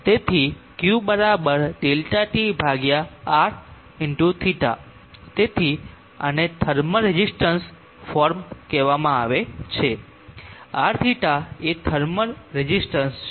તેથી q ΔT Rθ તેથી આને થર્મલ રેઝિસ્ટન્સ ફોર્મ કહેવામાં આવે છે Rθ એ થર્મલ રેઝિસ્ટન્સ છે